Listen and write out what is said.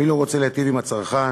מי לא רוצה להיטיב עם הצרכן?